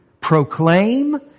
proclaim